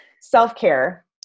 self-care